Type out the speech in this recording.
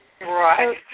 Right